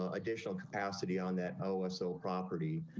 additional capacity on that. oh, so property.